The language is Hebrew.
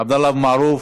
עבדאללה אבו מערוף,